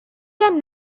can